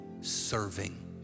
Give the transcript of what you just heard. serving